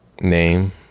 name